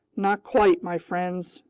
not quite, my friends!